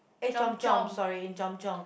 eh Chomp-Chomp sorry in Chomp-Chomp